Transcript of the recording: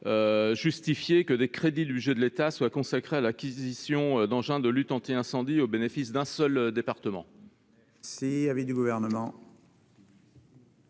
justifié que des crédits de l'État soient consacrés à l'acquisition d'engins de lutte anti-incendie au bénéfice d'un seul département.